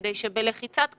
כדי שבלחיצת כפתור,